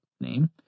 name